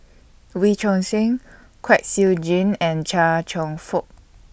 Wee Choon Seng Kwek Siew Jin and Chia Cheong Fook